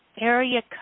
area